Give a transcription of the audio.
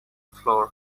floor